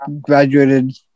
graduated